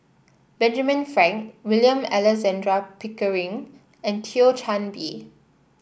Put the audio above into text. Benjamin Frank William Alexander Pickering and Thio Chan Bee